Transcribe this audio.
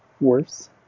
worse